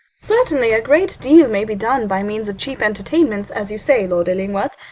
certainly, a great deal may be done by means of cheap entertainments, as you say, lord illingworth.